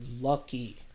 lucky